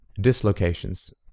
dislocations